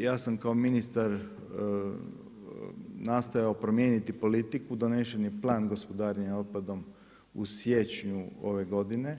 Ja sam kao ministar nastojao promijeniti politiku, donesen je plan gospodarenja otpadom u siječnju ove godine